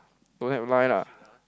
don't have line lah